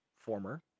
former